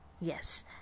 yes